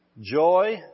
joy